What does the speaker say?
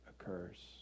occurs